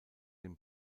den